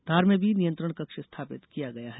धार में भी नियंत्रण कक्ष स्थापित किया गया है